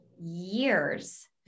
years